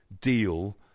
deal